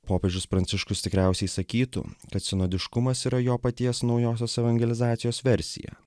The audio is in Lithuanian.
popiežius pranciškus tikriausiai sakytų kad sinodiškumas yra jo paties naujosios evangelizacijos versija